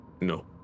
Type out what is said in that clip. No